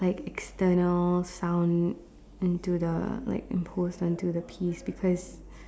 like external sound into the like imposed onto the piece because